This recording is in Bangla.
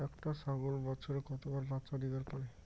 একটা ছাগল বছরে কতবার বাচ্চা দিবার পারে?